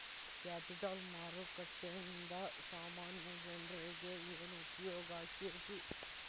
Capital ಮಾರುಕಟ್ಟೇಂದಾ ಸಾಮಾನ್ಯ ಜನ್ರೇಗೆ ಏನ್ ಉಪ್ಯೊಗಾಕ್ಕೇತಿ?